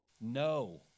No